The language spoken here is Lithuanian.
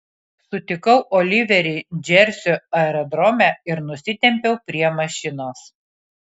sutikau oliverį džersio aerodrome ir nusitempiau prie mašinos